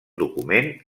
document